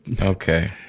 Okay